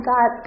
God